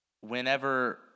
whenever